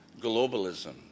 Globalism